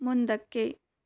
ಮುಂದಕ್ಕೆ